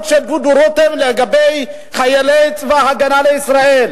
של דודו רותם לגבי חיילי צבא-ההגנה לישראל,